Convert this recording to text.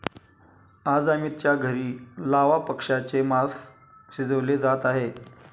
आज अमितच्या घरी लावा पक्ष्याचे मास शिजवले जात आहे